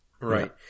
Right